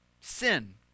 Sin